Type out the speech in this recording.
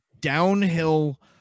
downhill